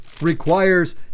requires